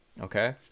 okay